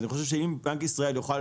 אז אני חושב שאם בנק ישראל יוכל